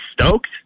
stoked